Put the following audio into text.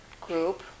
group